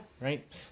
Right